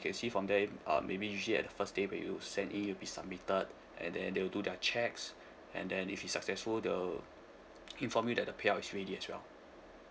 you can see from there um maybe usually at the first day where you send in it'll be submitted and then they will do their checks and then if it's successful they'll inform you that the payout is ready as well